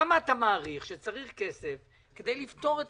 כמה כסף אתה מעריך צריך כדי לפתור את